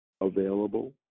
available